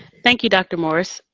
thank you, dr. morris.